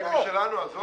לאה היא משלנו, עזוב.